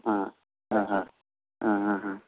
ആ ആ ആ ആ ആ ആ